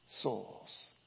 souls